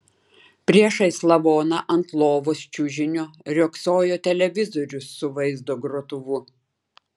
priešais lavoną ant lovos čiužinio riogsojo televizorius su vaizdo grotuvu